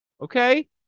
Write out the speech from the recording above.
okay